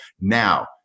Now